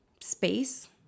space